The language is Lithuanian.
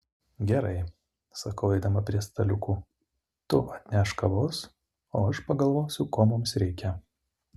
gerai sakau eidama prie staliukų tu atnešk kavos o aš pagalvosiu ko mums reikia